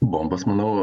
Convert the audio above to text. bombos manau